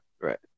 right